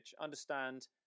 understand